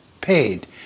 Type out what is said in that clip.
paid